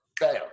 bam